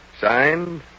Signed